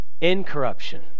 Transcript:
incorruption